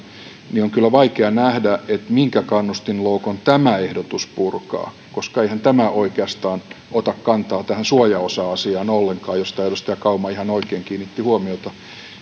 niin on kyllä vaikea nähdä minkä kannustinloukun tämä ehdotus purkaa koska eihän tämä oikeastaan ota kantaa tähän suojaosa asiaan ollenkaan johon edustaja kauma ihan oikein kiinnitti huomiota